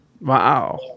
Wow